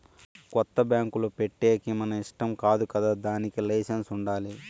కొత్తగా బ్యాంకులు పెట్టేకి మన ఇష్టం కాదు కదా దానికి లైసెన్స్ ఉండాలి